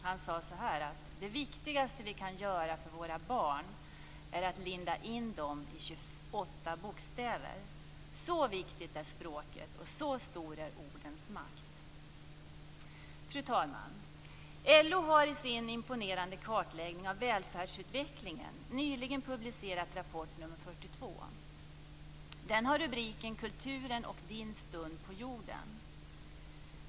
Han sade så här: "Det viktigaste vi kan göra för våra barn är att linda in dem i 28 bokstäver. Så viktigt är språket och så stor är ordens makt." Fru talman! LO har i sin imponerande kartläggning av välfärdsutvecklingen nyligen publicerat rapport nr 42. Den har rubriken Kulturen och din stund på jorden.